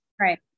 right